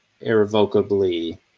irrevocably